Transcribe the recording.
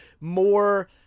more